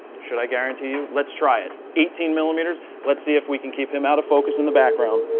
should i guarantee you? let's try it, eighteen millimeters. let's see if we can keep him out of focus in the background